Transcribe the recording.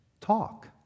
talk